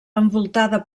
envoltada